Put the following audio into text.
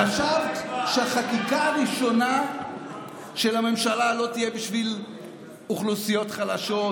חשבת שהחקיקה הראשונה של הממשלה לא תהיה בשביל אוכלוסיות חלשות,